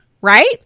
Right